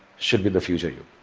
should be the future you.